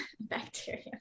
bacteria